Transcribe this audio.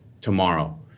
tomorrow